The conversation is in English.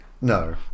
No